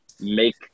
Make